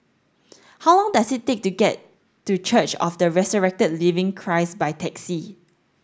how long does it take to get to Church of the Resurrected Living Christ by taxi